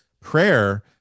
prayer